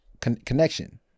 connection